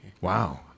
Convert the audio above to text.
Wow